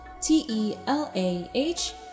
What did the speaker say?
T-E-L-A-H